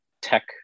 tech